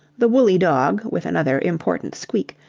the woolly dog, with another important squeak,